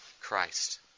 Christ